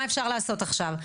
מה אפשר לעשות עכשיו?